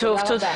תודה רבה.